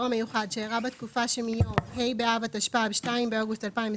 המיוחד שאירע בתקופה שמיום ה' באב התשפ"ב (2 באוגוסט 2022)